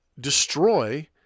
destroy